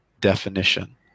definition